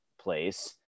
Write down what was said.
place